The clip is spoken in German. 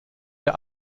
der